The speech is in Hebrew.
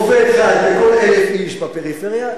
רופא אחד לכל 1,000 איש בפריפריה,